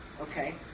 Okay